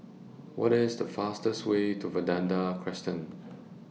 What IS The fastest Way to Vanda Crescent